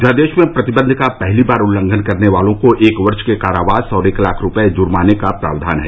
अध्यादेश में प्रतिबंध का पहली बार उल्लंघन करने वालों को एक वर्ष के कारावास और एक लाख रुपये जुर्माने का प्रावधान है